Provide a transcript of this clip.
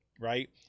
right